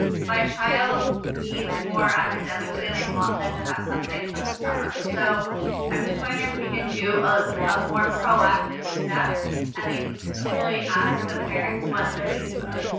my child needs more academically and i want them to have something for the summer. so i'm just wondering if we can do a ah more proactive step and and really ask the parents what their needs are.